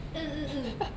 嗯嗯嗯